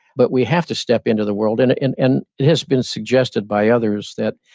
but we have to step into the world, and it and and it has been suggested by others that,